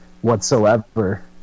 whatsoever